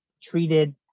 treated